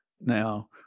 Now